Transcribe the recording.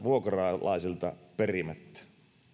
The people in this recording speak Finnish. vuokralaisilta perimättä